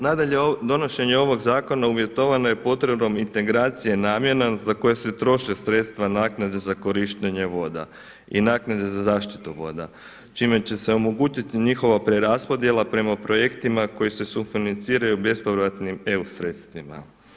Nadalje, donošenje ovog zakona uvjetovano je potrebom integracija namjena za koje se troše sredstva naknade za korištenje voda i naknade za zaštitu voda, čime će se omogućiti njihova preraspodjela prema projektima koji se sufinanciraju bespovratnim eu sredstvima.